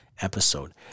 episode